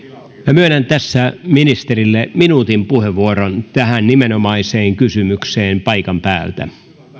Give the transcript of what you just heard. myönnän tässä ministerille minuutin puheenvuoron tähän nimenomaiseen kysymykseen paikan päältä